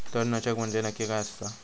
तणनाशक म्हंजे नक्की काय असता?